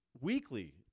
weekly